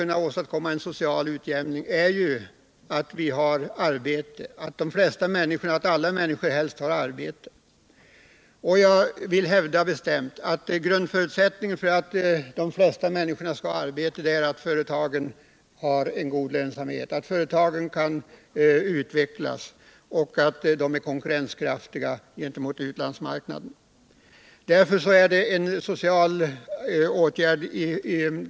Men grunden för en social utjämning är att vi har arbete åt helst alla människor, och jag vill bestämt hävda att den grundläggande förutsättningen för att de flesta människor skall kunna få ett arbete är att företagen har en god lönsamhet, att de kan utvecklas och att de är konkurrenskraftiga såväl på utlandssom på hemmamarknaden. Därför är detta även en social åtgärd.